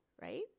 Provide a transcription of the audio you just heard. right